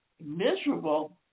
miserable